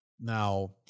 Now